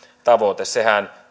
tavoite sehän